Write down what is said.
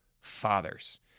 fathers